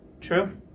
True